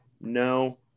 no